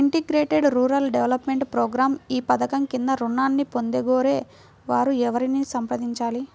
Integrated rural development programme ఈ పధకం క్రింద ఋణాన్ని పొందగోరే వారు ఎవరిని సంప్రదించాలి?